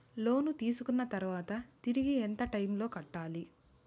లోను తీసుకున్న తర్వాత తిరిగి ఎంత టైములో కట్టాలి